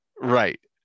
Right